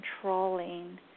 controlling